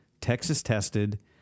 Texas-tested